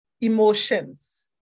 emotions